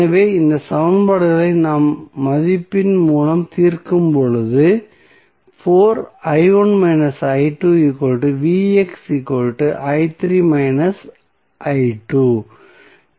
எனவே இந்த சமன்பாடுகளை நாம் மதிப்பின் மூலம் தீர்க்கும் போது இப்போது